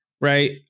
Right